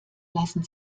lassen